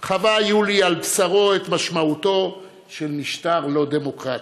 חווה יולי על בשרו את משמעותו של משטר לא דמוקרטי,